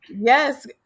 yes